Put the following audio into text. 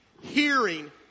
Hearing